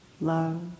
love